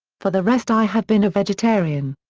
for the rest i have been a vegetarian.